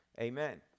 Amen